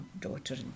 daughter